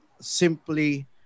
simply